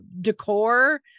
decor